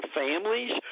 families